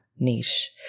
Niche